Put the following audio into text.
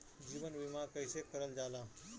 जीवन बीमा कईसे करल जाला?